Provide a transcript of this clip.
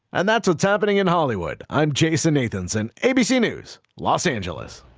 and that's what's happening in hollywood. i'm jason nathanson, abc news, los angeles.